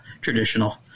traditional